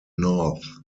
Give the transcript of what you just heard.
north